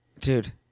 dude